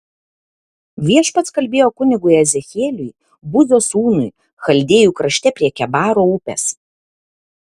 viešpats kalbėjo kunigui ezechieliui buzio sūnui chaldėjų krašte prie kebaro upės